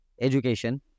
education